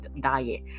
diet